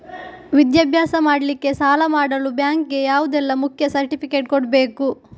ವಿದ್ಯಾಭ್ಯಾಸ ಮಾಡ್ಲಿಕ್ಕೆ ಸಾಲ ಮಾಡಲು ಬ್ಯಾಂಕ್ ಗೆ ಯಾವುದೆಲ್ಲ ಮುಖ್ಯ ಸರ್ಟಿಫಿಕೇಟ್ ಕೊಡ್ಬೇಕು?